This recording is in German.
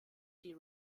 die